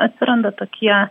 atsiranda tokie